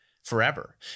forever